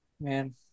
Man